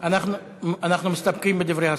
אנחנו מסתפקים בדברי השר.